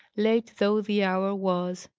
late though the hour was.